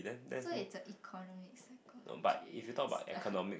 so it's a economic psychologist